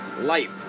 life